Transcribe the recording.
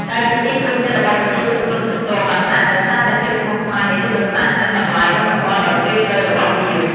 ដែលជាទីពេញចិត្តរបស់ប្រជាជនគ្រប់ស្រទាប់វណ្ណៈ ដោយសារតែភាពស្មុគស្មាញនៃយុទ្ធសាស្ត្រ និងតម្លៃវប្បធម៌ដ៏ជ្រាលជ្រៅរបស់វា។